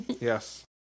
Yes